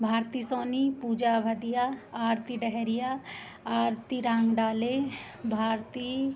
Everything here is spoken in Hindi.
भारती सोनी पूजा भदिया आरती डहेरिया आरती रांडाले भारती